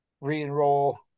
re-enroll